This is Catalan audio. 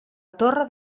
torre